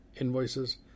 invoices